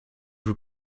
joue